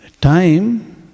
Time